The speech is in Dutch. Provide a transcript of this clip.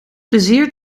plezier